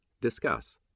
Discuss